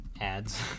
Ads